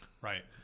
Right